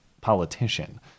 politician